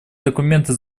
документы